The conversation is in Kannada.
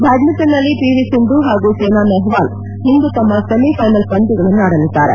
ಬ್ದಾಡ್ನಿಂಟನ್ನಲ್ಲಿ ಪಿ ವಿ ಸಿಂಧು ಹಾಗೂ ಸೈನಾ ನೆಹ್ವಾಲ್ ಇಂದು ತಮ್ನ ಸೆಮಿಫೈನಲ್ ಪಂದ್ಯಗಳನ್ನಾಡಲಿದ್ದಾರೆ